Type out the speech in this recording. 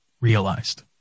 realized